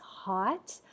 hot